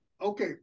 Okay